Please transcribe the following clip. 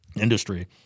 industry